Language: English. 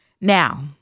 Now